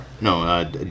No